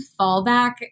fallback